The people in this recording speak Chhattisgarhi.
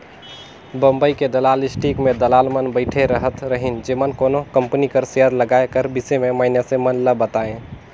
बंबई के दलाल स्टीक में दलाल मन बइठे रहत रहिन जेमन कोनो कंपनी कर सेयर लगाए कर बिसे में मइनसे मन ल बतांए